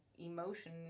emotion